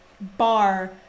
bar